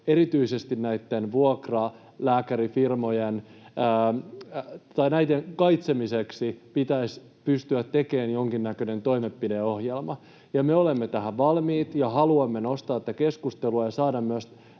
erityisesti näitten vuokralääkärifirmojen kaitsemiseksi pitäisi pystyä tekemään jonkinnäköinen toimenpideohjelma, ja me olemme tähän valmiit ja haluamme nostaa tätä keskustelua ja saada myös